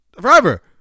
forever